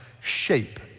shape